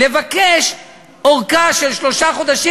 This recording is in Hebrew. לבקש ארכה של שלושה חודשים,